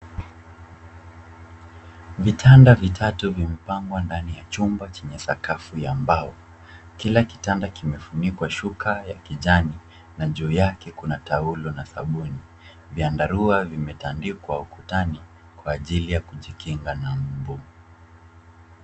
Vitanda vitatu vimepangwa ndani ya chumba chenye sakafu ya mbao. Kila kitanda kimefunikwa shuka ya kijani, na juu yake kuna taulo na sabuni. Vyandarua vimetandikwa ukutani kwa ajili ya kujikinga na mbu.